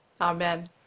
Amen